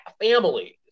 families